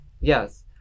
yes